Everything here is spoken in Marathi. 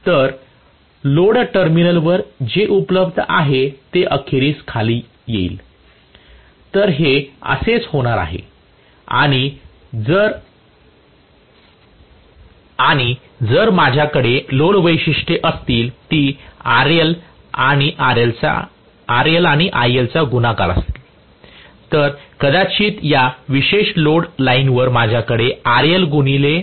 तर लोड टर्मिनलवर जे उपलब्ध आहे ते अखेरीस खाली येईल तर हे असेच होणार आहे आणि जर माझ्याकडे लोड वैशिष्ट्ये असतील जी RL आणि ILचा गुणाकार असलेली तर कदाचित या विशेष लोड लाईनवर माझ्याकडे IL गुणिले RL असेल